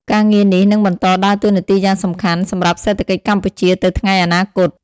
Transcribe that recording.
ការងារនេះនឹងបន្តដើរតួនាទីយ៉ាងសំខាន់សម្រាប់សេដ្ឋកិច្ចកម្ពុជាទៅថ្ងៃអនាគត។